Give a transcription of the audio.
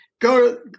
go